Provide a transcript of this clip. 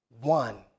one